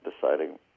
deciding